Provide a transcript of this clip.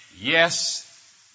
yes